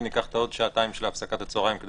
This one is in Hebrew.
ניקח את השעתיים של הפסקת הצהריים כדי